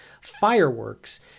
fireworks